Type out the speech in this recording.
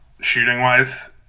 shooting-wise